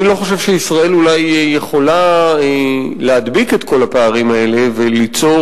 אני לא חושב שישראל יכולה להדביק את כל הפערים האלה וליצור